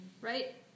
Right